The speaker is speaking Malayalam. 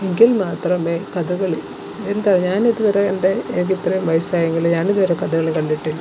എങ്കിൽ മാത്രമേ കഥകളി എന്താണ് ഞാനിതുവരെ എൻ്റെ എനിക്കിത്രയും വയസായെങ്കിലും ഞാനിതുവരെ കഥകളി കണ്ടിട്ടില്ല